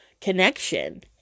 connection